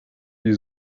die